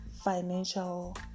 financial